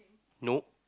no